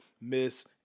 miss